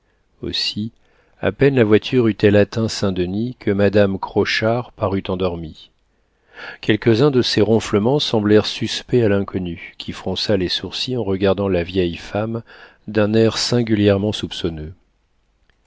aussi à peine la voiture eut-elle atteint saint-denis que madame crochard parut endormie quelques-uns de ses ronflements semblèrent suspects à l'inconnu qui fronça les sourcils en regardant la vieille femme d'un air singulièrement soupçonneux